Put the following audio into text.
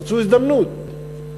רצו הזדמנות.